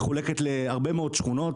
מחולקת להרבה מאוד שכונות,